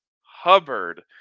Hubbard